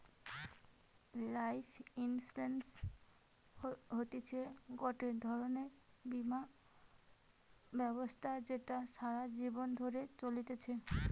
life insurance হতিছে গটে ধরণের বীমা ব্যবস্থা যেটা সারা জীবন ধরে চলতিছে